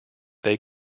they